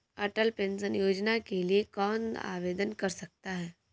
अटल pension योजना के लिए कौन आवेदन कर सकता है?